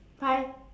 bye